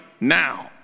now